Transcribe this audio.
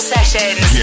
Sessions